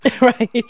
right